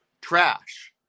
trash